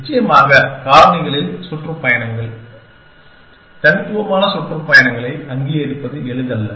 நிச்சயமாக காரணிகளில் சுற்றுப்பயணங்கள் தனித்துவமான சுற்றுப்பயணங்களை அங்கீகரிப்பது எளிதல்ல